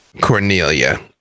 Cornelia